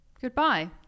Goodbye